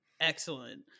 excellent